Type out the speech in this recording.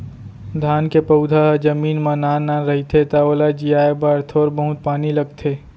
धान के पउधा ह जमीन म नान नान रहिथे त ओला जियाए बर थोर बहुत पानी लगथे